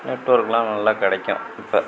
நெட்ஒர்க்ல்லாம் நல்லா கிடைக்கும் இப்போ